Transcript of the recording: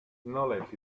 knowledge